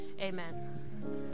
Amen